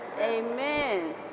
amen